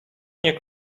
nie